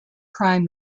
crime